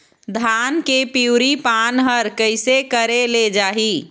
धान के पिवरी पान हर कइसे करेले जाही?